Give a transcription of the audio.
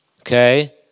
okay